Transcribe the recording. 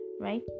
right